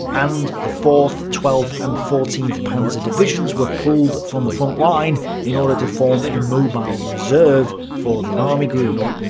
and the fourth, twelfth and fourteenth panzer divisions were pulled from the front line in order to form a mobile reserve for the army group.